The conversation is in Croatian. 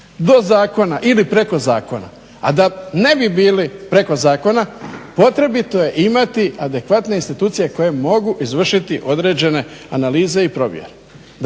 do zakona ili preko zakona, a da ne bi bili preko zakona potrebito je imati adekvatne institucije koje mogu izvršiti određene analize i provjere.